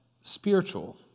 spiritual